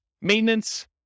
Maintenance